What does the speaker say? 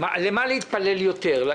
למה להתפלל יותר,